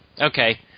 okay